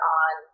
on